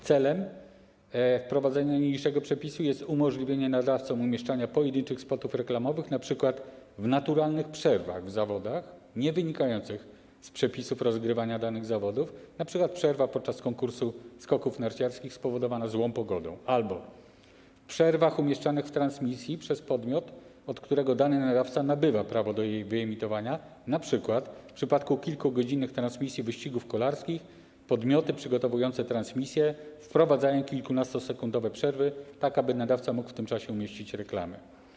Celem wprowadzenia niniejszego przepisu jest umożliwienie nadawcom umieszczania pojedynczych spotów reklamowych np. w naturalnych przerwach w zawodach niewynikających z przepisów dotyczących rozgrywania danych zawodów - np. przerwa podczas konkursu skoków narciarskich spowodowana złą pogodą - albo w przerwach umieszczanych w transmisji przez podmiot, od którego dany nadawca nabywa prawo do jej wyemitowania, np. w przypadku kilkugodzinnych transmisji wyścigów kolarskich podmioty przygotowujące transmisję wprowadzają kilkunastosekundowe przerwy tak, aby nadawca mógł w tym czasie umieścić reklamy.